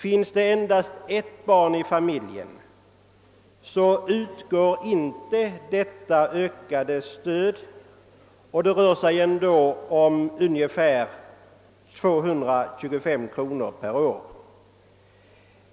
Finns det endast ett barn i familjen utgår alltså inte det ökade stödet — det rör sig ändå om 225 kronor per år.